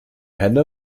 henne